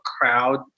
crowd